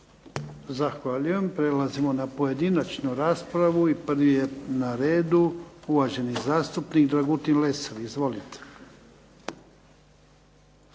Zahvaljujem. Prelazimo na pojedinačnu raspravu i prvi je na redu uvaženi zastupnik Dragutin Lesar, izvolite.